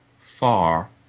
far